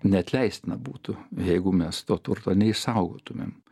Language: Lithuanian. neatleistina būtų jeigu mes to turto neišsaugotumėm